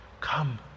come